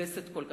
המכובסות כל כך,